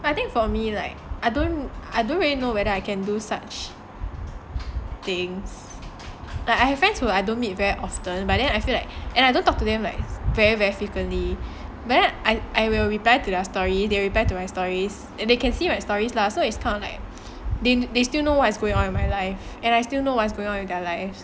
I think for me like I don't I don't really know whether I can do such things like I have friends who I don't meet very often but then I feel like and I don't talk to them like very very frequently but then I will reply to their story they reply to my stories and they can see my stories lah so it's kind of like they still know what's going on in my life and I still know what's going on with their lives